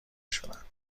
شدند